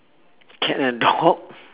cat and dog